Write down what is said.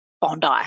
Bondi